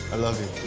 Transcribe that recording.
i love you.